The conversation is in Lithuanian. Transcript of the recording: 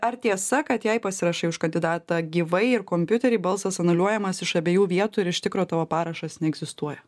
ar tiesa kad jei pasirašai už kandidatą gyvai ir kompiutery balsas anuliuojamas iš abiejų vietų ir iš tikro tavo parašas neegzistuoja